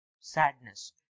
sadness